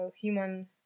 human